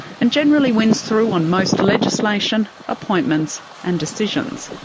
and generally wins through on most legislation, appointments and decisions.